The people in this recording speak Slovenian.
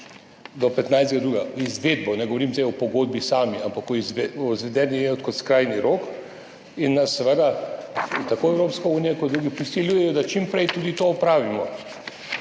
do 15. 2. leta 2027, izvedbo, ne govorim zdaj o pogodbi sami, ampak o izvedenem kot skrajni rok. In nas seveda tako Evropska unija kot drugi prisiljujejo, da čim prej tudi to opravimo.